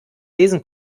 lesen